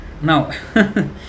Now